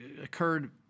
occurred